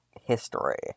history